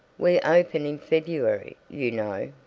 we open in february, you know.